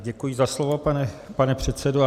Děkuji za slovo, pane předsedo.